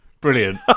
Brilliant